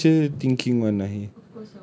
so future thinking [one] ah he